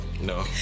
No